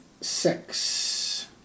six